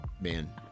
man